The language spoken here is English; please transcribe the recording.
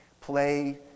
play